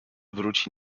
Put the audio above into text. wróci